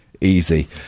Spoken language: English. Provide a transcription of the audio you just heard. easy